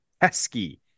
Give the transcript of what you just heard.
pesky